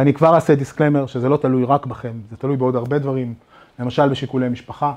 אני כבר אעשה דיסקלמר שזה לא תלוי רק בכם, זה תלוי בעוד הרבה דברים, למשל בשיקולי משפחה.